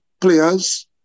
players